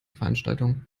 veranstaltung